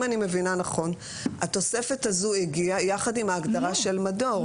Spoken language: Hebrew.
אם אני מבינה נכון התוספת הזאת הגיעה יחד עם ההגדרה של מדור.